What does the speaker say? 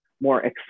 more